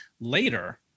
later